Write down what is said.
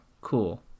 cool